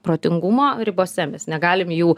protingumo ribose mes negalim jų